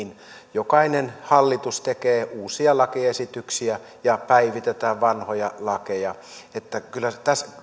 jokainen hallitus tekee uusia lakiesityksiä ja päivitetään vanhoja lakeja kyllä